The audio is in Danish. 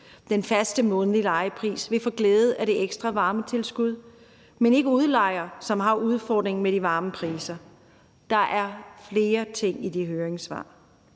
den faste månedlige leje, vil få glæde af det ekstra varmetilskud, men ikke udlejere, som har udfordringen med varmepriserne. Der er flere ting i de høringssvar.